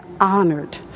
honored